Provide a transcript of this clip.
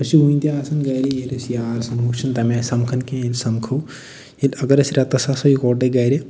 أسۍ چھِ وُنہِ تہِ آسان گَرِ ییٚلہِ تہِ أسۍ یار سَمہو أسۍ چھِ نہٕ تَمہِ آیہِ سَمکھان کیٚنٛہہ ییٚلہِ سَمکھو ییٚلہِ اگر أسۍ رٮ۪تَس آسو اِکوٹے گَرِ